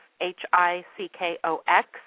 H-I-C-K-O-X